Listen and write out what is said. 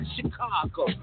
Chicago